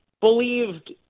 believed